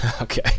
Okay